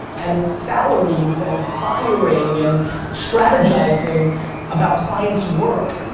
and salaries, and firing, and strategizing about clients' work.